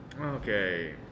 okay